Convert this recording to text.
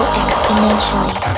exponentially